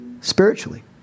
spiritually